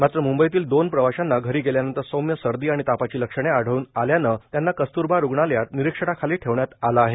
मात्र म्ंबईतील दोन प्रवाशांना घरी गेल्यानंतर सौम्य सर्दी आणि तापाची लक्षणे आढळून आल्याने त्यांना कस्तुरबा रुग्णालयात निरीक्षणाखाली ठेवण्यात आले आहे